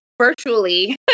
virtually